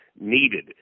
needed